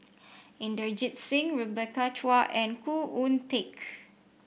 Inderjit Singh Rebecca Chua and Khoo Oon Teik